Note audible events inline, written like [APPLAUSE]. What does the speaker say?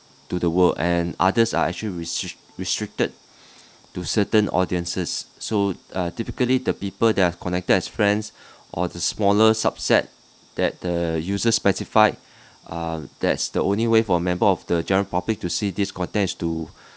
to the world and others are actually restri~ restricted [BREATH] to certain audiences so uh typically the people that have connected as friends [BREATH] or the smaller subset that the user specified [BREATH] um that's the only way for member of the general public to see these contents to